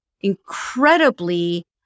incredibly